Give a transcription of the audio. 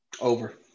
Over